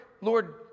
Lord